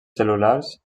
cel·lulars